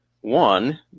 One